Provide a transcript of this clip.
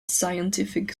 scientific